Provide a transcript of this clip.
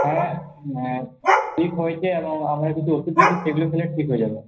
হ্যাঁ ঠিক হয়েছে এবং আমরা কিছু ওষুধ দিয়েছি সেগুলো খেলে ঠিক হয়ে যাবে